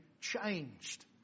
changed